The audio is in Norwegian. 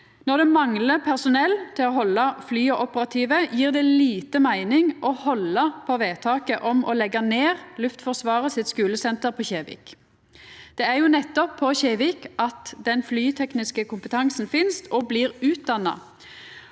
Når det manglar personell til å halda flya operative, gjev det lita meining å halda på vedtaket om å leggja ned Luftforsvaret sitt skulesenter på Kjevik. Det er jo nettopp på Kjevik den flytekniske kompetansen finst og blir utdanna,